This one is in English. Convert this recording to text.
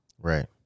Right